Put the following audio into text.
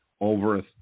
over